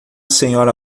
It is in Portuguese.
senhora